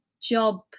job